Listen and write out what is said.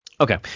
Okay